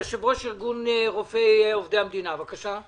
יושב-ראש ארגון הרופאים עובדי המדינה, בבקשה.